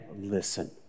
listen